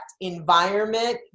environment